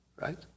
right